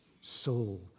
soul